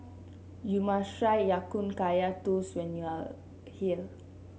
you must try Ya Kun Kaya Toast when you are here